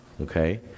okay